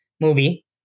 movie